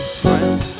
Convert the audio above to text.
friends